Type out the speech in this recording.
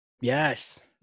Yes